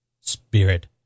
Spirit